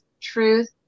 truth